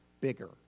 bigger